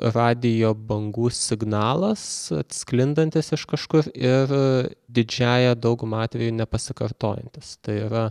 radijo bangų signalas sklindantis iš kažkur ir didžiąja dauguma atveju nepasikartojantis tai yra